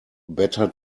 better